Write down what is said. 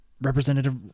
Representative